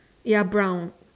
ya brown